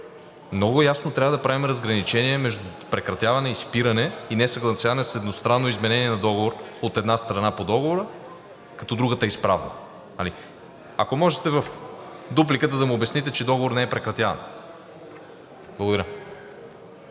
Много ясно трябва да правим разграничение между прекратяване, спиране и несъгласяване с едностранно изменение на договор от едната страна по договора, като другата е изправна, нали? Ако можете, в дупликата да му обясните, че договор не е прекратяван. Благодаря.